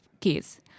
case